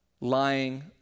lying